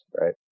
right